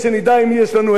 מי מתנגד היום?